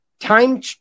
Time